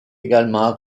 également